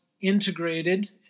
integrated